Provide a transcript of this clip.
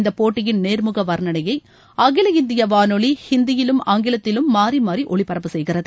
இந்தப் போட்டியின் நேர்முக வர்ணணையை அகில இந்திய வானொலி ஹிந்தியிலும் ஆங்கிலத்திலும் மாறி மாறி ஒலிபரப்பு செய்கிறது